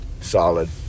Solid